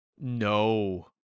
No